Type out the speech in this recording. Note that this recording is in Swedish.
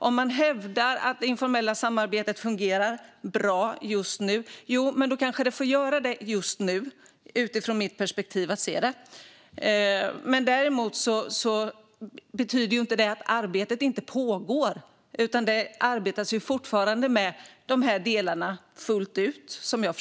Om man hävdar att det informella samarbetet fungerar bra just nu - ja, då kanske det kan få göra det just nu. Däremot betyder det inte att arbetet inte pågår, utan det arbetas fortfarande med dessa delar.